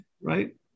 right